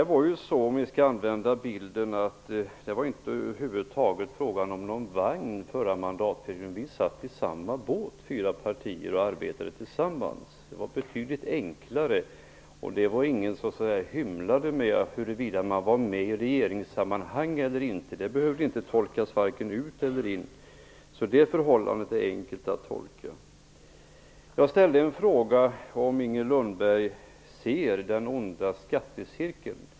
Fru talman! Det var över huvud taget inte frågan om någon vagn förra mandatperioden, om vi nu skall använda den bilden. Vi satt fyra partier i samma båt och arbetade tillsammans. Det var betydligt enklare. Det var ingen som hymlade om huruvida man var med i regeringsammanhang eller inte. Det behövde inte tolkas varken ut eller in. Det förhållandet är enkelt att reda ut. Jag ställde en fråga till Inger Lundberg om hon ser den onda skattecirkeln.